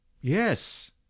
Yes